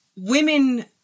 women